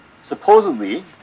supposedly